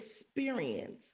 experience